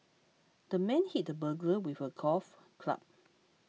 the man hit the burglar with a golf club